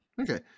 okay